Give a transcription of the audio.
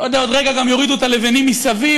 עוד רגע גם יורידו את הלבנים מסביב,